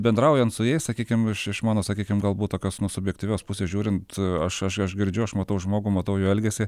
bendraujant su jais sakykim iš iš mano sakykim galbūt tokios nu subjektyvios pusės žiūrint aš aš aš girdžiu aš matau žmogų matau jo elgesį